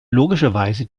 logischerweise